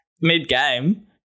mid-game